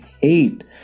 hate